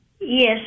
Yes